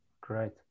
Great